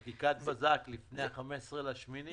חקיקת בזק לפני 15 באוגוסט,